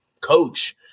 coach